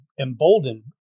emboldened